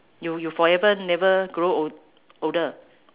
you you forever never grow old older